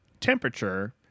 temperature